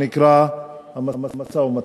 שנקרא "המשא-ומתן".